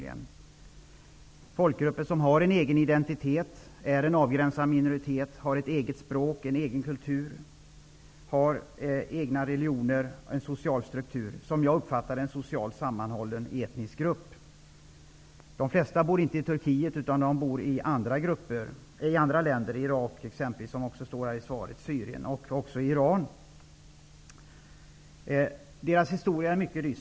Det är folkgrupper där varje grupp är en avgränsad minoritet med egen identitet, eget språk, egen kultur, egen religion och social struktur. Som jag uppfattat det är de en socialt sammanhållen etnisk grupp. De flesta av dem bor inte i Turkiet, utan de bor i andra länder, som Irak, Syrien och Iran. Deras histora är mycket dyster.